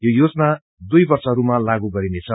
यो योजना दुई वर्षहरूमा लागू गरिनेछ